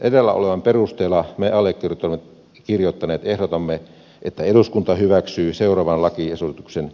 edellä olevan perusteella me allekirjoittaneet ehdotamme että eduskunta hyväksyy seuraavan lakiesityksen